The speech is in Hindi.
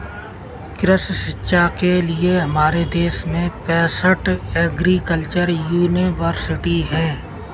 कृषि शिक्षा के लिए हमारे देश में पैसठ एग्रीकल्चर यूनिवर्सिटी हैं